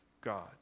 God